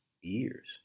years